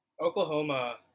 Oklahoma